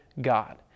God